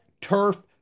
turf